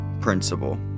principle